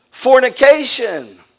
Fornication